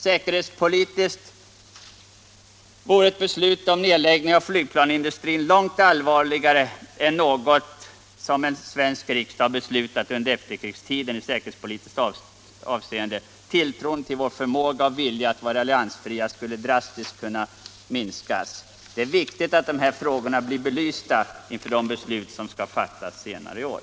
Säkerhetspolitiskt vore ett beslut om nedläggning av flygplansindustrin det allvarligaste som den svenska riksdagen i säkerhetspolitiskt avseende fattat under efterkrigstiden. Tilltron till vår förmåga och vilja att vara alliansfria skulle drastiskt kunna minska. Det Allmänpolitisk debatt Allmänpolitisk debatt är viktigt att de här frågorna blir belysta före de beslut som skall fattas senare i år.